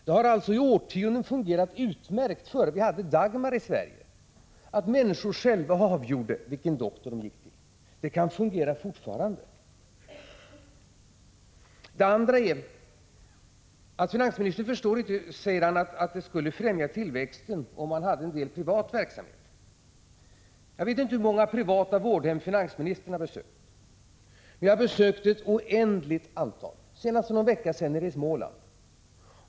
Det har i årtionden fungerat utmärkt innan vi hade Dagmar i Sverige att människor själva avgjorde vilken doktor de ville gå till. Det kan fortfarande fungera. Finansministern säger att han inte förstår att det skulle främja tillväxten om man hade en del privat verksamhet. Jag vet inte hur många privata vårdhem finansministern har besökt. Men jag har besökt ett oändligt antal, senast för någon vecka sedan nere i Småland.